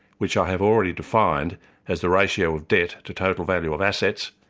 which i have already defined as the ratio of debt to total value of assets,